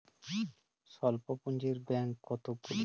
স্বল্প পুজিঁর ব্যাঙ্ক কোনগুলি?